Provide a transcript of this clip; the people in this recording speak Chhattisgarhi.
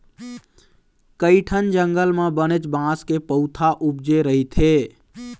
कइठन जंगल म बनेच बांस के पउथा उपजे रहिथे